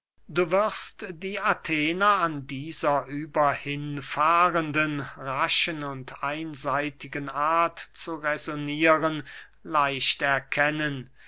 du wirst die athener an dieser überhin fahrenden raschen und einseitigen art zu räsonieren leicht erkennen